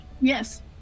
Yes